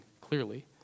clearly